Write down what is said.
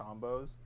combos